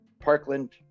Parkland